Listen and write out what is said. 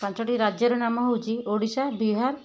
ପାଞ୍ଚଟି ରାଜ୍ୟର ନାମ ହେଉଛି ଓଡ଼ିଶା ବିହାର